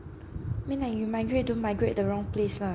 mean like you migrate don't migrate the wrong place lah